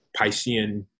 Piscean